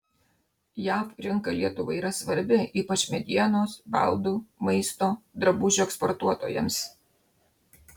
jav rinka lietuvai yra svarbi ypač medienos baldų maisto drabužių eksportuotojams